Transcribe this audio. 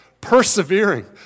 Persevering